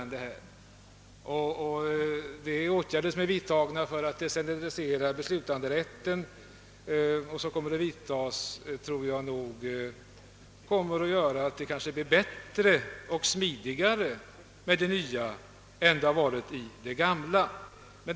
Och de åtgärder som vidtagits för att decentralisera beslutanderätten tror jag skapar ett bättre och smidigare system än vi tidigare haft.